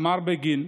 אמר בגין,